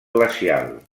glacial